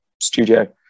studio